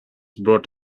brought